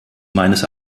meines